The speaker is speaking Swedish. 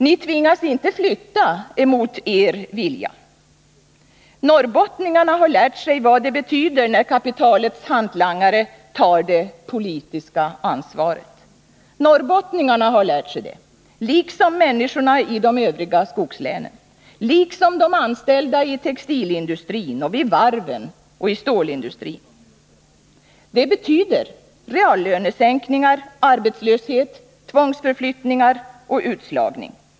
Ni tvingas inte flytta mot er vilja. Norrbottningarna har lärt sig vad det betyder när kapitalets hantlangare tar det politiska ansvaret. Norrbottningarna har lärt sig det, liksom människorna i de övriga skogslänen, liksom de anställda i textilindustrin, vid varven och i stålindustrin. Det betyder reallönesänkningar, arbetslöshet, tvångsförflyttningar och utslagning.